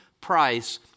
price